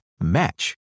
match